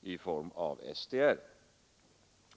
i form av SDR.